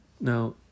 Now